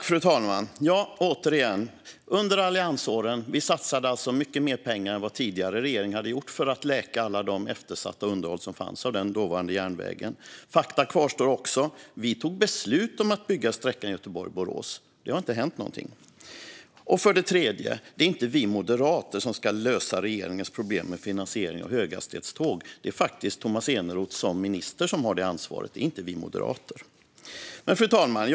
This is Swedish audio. Fru talman! För det första: Under alliansåren satsade vi mycket mer pengar än vad den tidigare regeringen hade gjort för att läka det eftersatta underhållet av den dåvarande järnvägen. För det andra: Vi tog beslut om att bygga sträckan Göteborg-Borås. Det har inte hänt någonting. För det tredje: Det är inte vi moderater som ska lösa regeringens problem med finansieringen av höghastighetståg. Det är faktiskt Tomas Eneroth som har det ansvaret som minister och inte vi moderater. Fru talman!